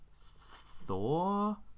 Thor